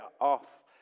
off